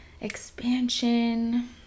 expansion